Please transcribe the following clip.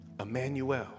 Emmanuel